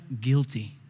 guilty